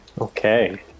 Okay